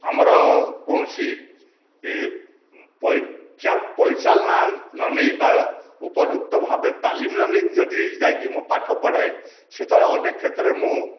ଆମର କୌଣସି ପରୀକ୍ଷା ପରିଚାଳନା ନ ନେଇ ବା ଉପଯୁକ୍ତ ଭାବେ ତାଲିମ ନ ନେଇକି ଯଦି ଯାଇକି ମୁଁ ପାଠ ପଢ଼ାଏ ସେତେବେଳେ ଅନେକ କ୍ଷେତ୍ରରେ ମୁଁ